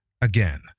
again